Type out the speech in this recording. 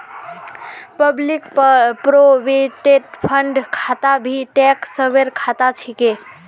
public provident fund खाता भी tax saver खाता छिके